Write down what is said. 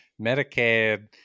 Medicaid